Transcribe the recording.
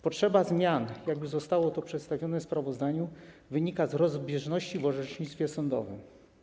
Potrzeba zmian, jak zostało to przedstawione w sprawozdaniu, wynika z rozbieżności w orzecznictwie sądowym.